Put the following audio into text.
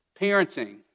parenting